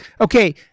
okay